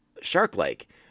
shark-like